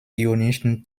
ionischen